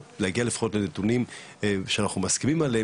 או להגיע לפחות לנתונים מדויקים שאנחנו מסכימים עליהם,